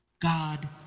God